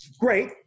Great